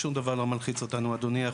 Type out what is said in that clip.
שום דבר לא מלחיץ אותנו, אדוני.